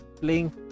playing